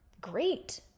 great